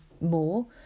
more